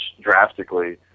drastically